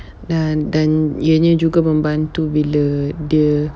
dan dan ianya juga membantu bila dia